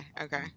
okay